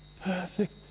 Perfect